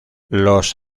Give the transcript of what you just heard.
los